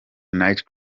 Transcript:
night